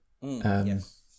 Yes